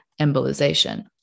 embolization